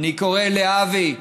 ואני קורא לאבי,